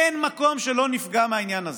אין מקום שלא נפגע מהעניין הזה.